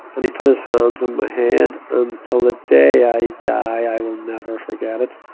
and he put his hands on my head until the day i die, i will never forget it.